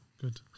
Good